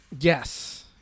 Yes